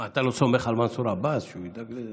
מה, אתה לא סומך על מנסור עבאס שהוא ידאג לזה?